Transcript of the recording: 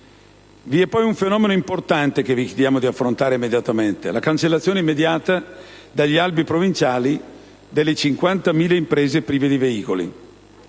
Vi è poi un fenomeno importante che vi chiediamo di affrontare immediatamente: la cancellazione immediata dagli albi provinciali delle 50.000 imprese prive di veicoli.